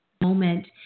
Moment